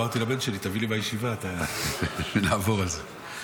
אמרתי לבן שלי: תביא לי מהישיבה ונעבור על זה.